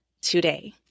today